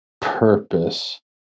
purpose